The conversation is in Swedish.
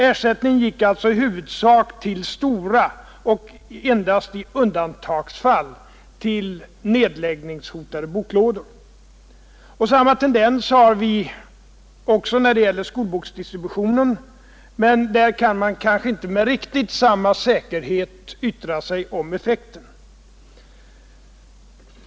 Ersättning gick alltså i huvudsak till stora och endast i undantagsfall till nedläggningshotade boklådor. Samma tendens har vi också när det gäller skolboksdistributionen, men där kan man kanske inte med riktigt samma säkerhet yttra sig om effekten.